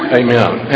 amen